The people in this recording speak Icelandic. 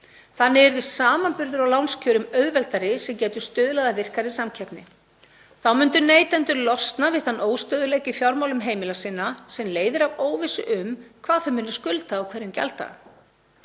Þannig yrði samanburður á lánskjörum auðveldari sem gæti stuðlað að virkari samkeppni. Þá myndu neytendur losna við þann óstöðugleika í fjármálum heimila sinna sem leiðir af óvissu um hvað þau muni skulda á hverjum gjalddaga.